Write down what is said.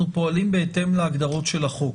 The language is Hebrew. אנחנו פועלים בהתאם להגדרות של החוק.